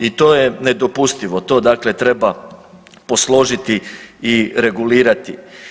I to je nedopustivo, to dakle treba posložiti i regulirati.